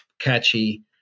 catchy